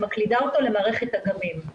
מקלידה אותו למערכת "אגמים".